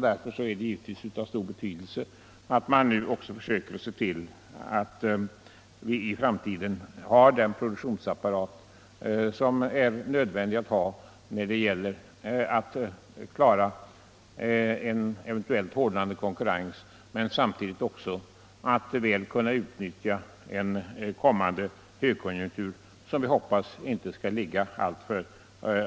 Därför är det givetvis av stor betydelse att nu försöka se till att vårt land i framtiden har den produktionsapparat som är nödvändig dels för att möta en eventuellt hårdnande konkurrens, dels för att utnyttja en kommande högkonjunktur, som vi hoppas inte är alltför